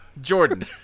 Jordan